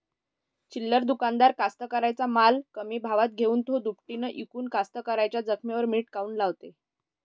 चिल्लर दुकानदार कास्तकाराइच्या माल कमी भावात घेऊन थो दुपटीनं इकून कास्तकाराइच्या जखमेवर मीठ काऊन लावते?